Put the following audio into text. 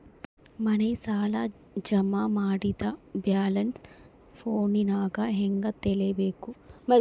ಮನೆ ಸಾಲ ಜಮಾ ಮಾಡಿದ ಬ್ಯಾಲೆನ್ಸ್ ಫೋನಿನಾಗ ಹೆಂಗ ತಿಳೇಬೇಕು?